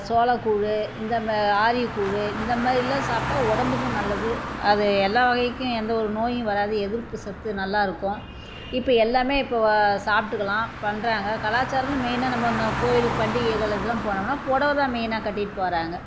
சோளக்கூழ் இந்தம ஆரிய கூழ் இந்த மாதிரிலாம் சாப்பிட்டா உடம்புக்கும் நல்லது அது எல்லா வகைக்கும் எந்த ஒரு நோயும் வராது எதிர்ப்பு சத்தும் நல்லா இருக்கும் இப்போ எல்லாம் இப்போ சாப்பாட்டுக்கலாம் பண்ணுறாங்க கலாச்சாரம்னு மெயின்னா நம்ம ஒன்று கோவிலுக்கு பண்டிகைகளுக்குலாம் போனோம்னா புடவ தான் மெயின்னா கட்டிட்டு போகிறாங்க